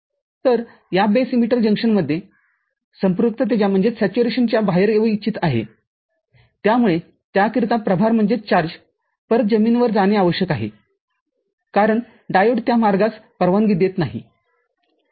तर या base emitter जंक्शनमध्ये संपृक्ततेच्या बाहेर येऊ इच्छित आहेत्यामुळे त्याकरिता प्रभारपरत जमिनीवर जाणे आवश्यक आहेकारण डायोड त्या मार्गास परवानगी देत नाही